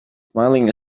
smiling